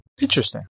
Interesting